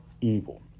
evil